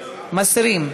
מסירים.